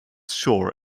sure